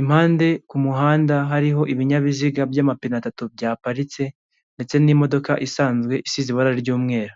impande ku muhanda hariho ibinyabiziga by'amapine atatu byaparitse ndetse n'imodoka isanzwe isize ibara ry'umweru.